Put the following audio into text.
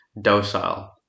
docile